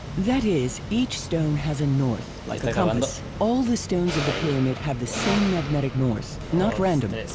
that is, each stone has a north, like a compass. all the stones of the pyramid have the same magnetic north, not random.